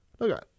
Okay